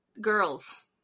girls